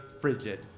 frigid